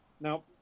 Now